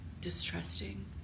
distrusting